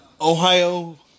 Ohio